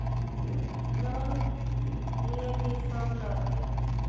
Loan लिए की सब लगी?